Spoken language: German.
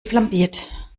flambiert